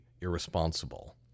irresponsible